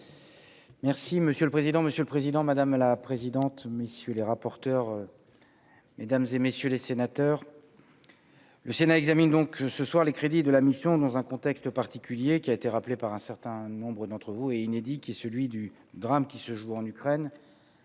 Merci monsieur le président, monsieur le président, madame la présidente, messieurs les rapporteurs, mesdames et messieurs les sénateurs. Le Sénat examine donc ce soir, les crédits de la mission dans un contexte particulier qui a été rappelé par un certain nombre d'entre vous et inédit qui est celui du drame qui se joue en Ukraine